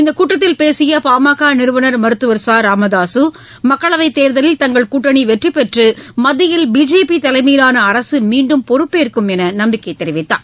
இந்த கூட்டத்தில் பேசிய பாமக நிறுவனர் மருத்துவர் ச ராமதாசு மக்களவைத் தேர்தலில் தங்கள் கூட்டணி வெற்றி பெற்று மத்தியில் பிஜேபி தலைமையிலாள அரசு மீன்டும் பொறுப்பேற்கும் என்று நம்பிக்கை தெரிவித்தார்